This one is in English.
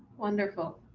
wonderful,